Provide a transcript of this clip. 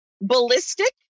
ballistic